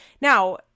Now